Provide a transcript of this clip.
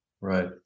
Right